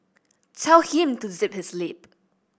tell him to zip his lip